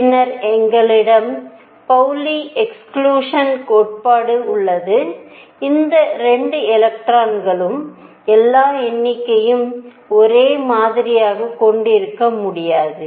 பின்னர் எங்களிடம் Pauli exclusion கோட்பாடு உள்ளது எந்த 2 எலக்ட்ரான்களும் எல்லா எண்களையும் ஒரே மாதிரியாகக் கொண்டிருக்க முடியாது